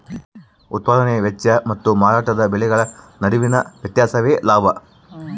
ಉತ್ಪದಾನೆ ವೆಚ್ಚ ಮತ್ತು ಮಾರಾಟದ ಬೆಲೆಗಳ ನಡುವಿನ ವ್ಯತ್ಯಾಸವೇ ಲಾಭ